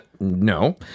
No